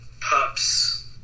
pups